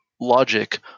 logic